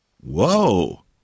Whoa